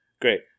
Great